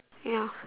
ya